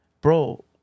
bro